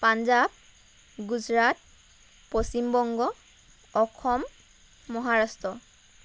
Punjab Gujarat Paschim Banga Assam Maharashtra